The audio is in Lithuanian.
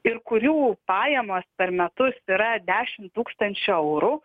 ir kurių pajamos per metus yra dešim tūkstančių eurų